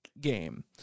game